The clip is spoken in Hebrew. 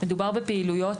מדובר בפעילויות